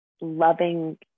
loving